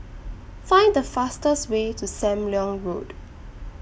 Find The fastest Way to SAM Leong Road